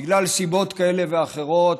בגלל סיבות כאלה ואחרות,